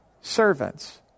servants